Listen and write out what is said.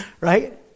right